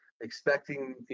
expecting